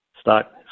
stock